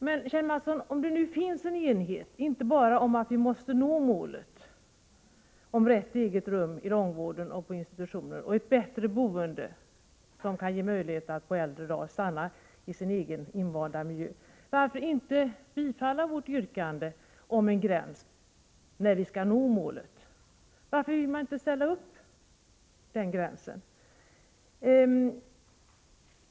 Men, Kjell Mattsson, om det nu finns en enighet inte bara om att vi måste nå målet om rätt till eget rum i långvården och på institutioner och ett bättre boende som kan ge möjlighet att på äldre dagar stanna i sin egen invanda miljö, varför då inte bifalla vårt yrkande om en tidsgräns? Varför vill man inte ställa upp för den gränsen?